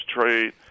trade